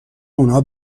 آنها